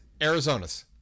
Arizonas